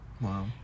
Wow